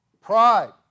pride